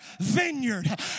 vineyard